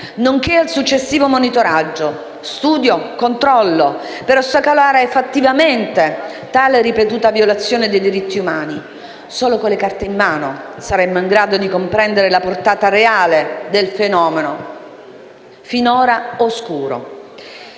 nonché al successivo monitoraggio, studio e controllo, per ostacolare fattivamente tale ripetuta violazione dei diritti umani. Solo con le carte in mano saremo in grado di comprendere la portata reale del fenomeno, finora oscuro.